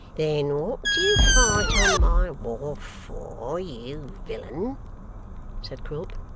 then what do you fight on my wharf for, you villain said quilp.